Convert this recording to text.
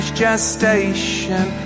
gestation